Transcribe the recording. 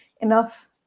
enough